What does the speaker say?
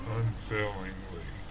unfailingly